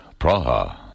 Praha